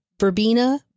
verbena